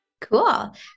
Cool